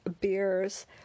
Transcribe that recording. beers